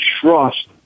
trust